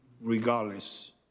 Regardless